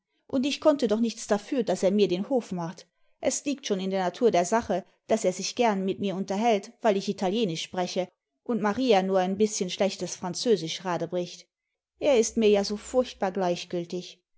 und ich konnte doch nichts dafür daß er mir den hof macht es liegt schon in der natur der sache daß er sich gern mit mir unterhält weil ich italienisch spreche und maria nur ein bißchen schlechtes französisch radebricht er ist mir ja so furchtbar gleichgültig